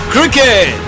Cricket